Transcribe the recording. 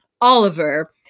Oliver